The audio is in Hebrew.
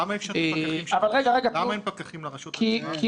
למה אין פקחים לרשות עצמה?